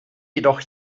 jedoch